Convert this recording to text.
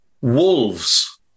Wolves